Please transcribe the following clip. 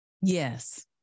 Yes